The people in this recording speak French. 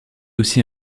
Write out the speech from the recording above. aussi